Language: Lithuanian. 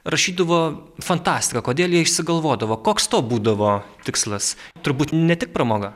rašydavo fantastiką kodėl jie išsigalvodavo koks to būdavo tikslas turbūt ne tik pramoga